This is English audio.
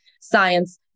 science